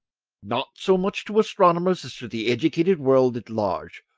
not so much to astronomers as to the educated world at large,